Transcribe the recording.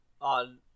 on